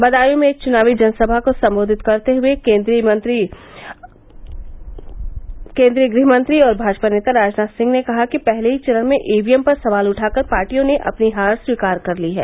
बदायूँ में एक चुनावी जनसभा को सम्बोधित करते हुये केन्द्रीय गृह मंत्री और भाजपा नेता राजनाथ सिंह ने कहा कि पहले ही चरण में ईवीएम पर सवाल उठाकर पार्टियों ने अपनी हार स्वीकार कर ली है